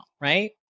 right